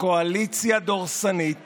קואליציה דורסנית